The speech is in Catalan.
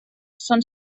són